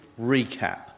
recap